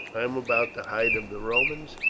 i am about the height of the romans,